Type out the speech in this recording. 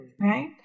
right